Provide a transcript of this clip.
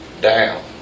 down